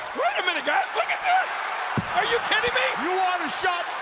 a minute guys look at this are you kidding me? you want a shot?